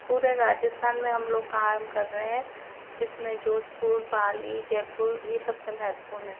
पूरे राजस्थान में हम लोग काम कर रहे हैं जिसमें जोधपुर पाली जयपुर ये सबसे महत्वपूर्ण हैं